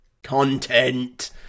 content